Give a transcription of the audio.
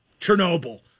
Chernobyl